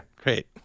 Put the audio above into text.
Great